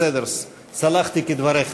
בסדר, סלחתי כדבריך.